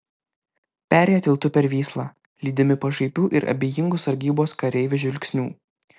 perėjo tiltu per vyslą lydimi pašaipių ir abejingų sargybos kareivių žvilgsnių